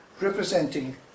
representing